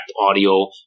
audio